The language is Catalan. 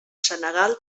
senegal